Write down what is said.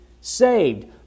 saved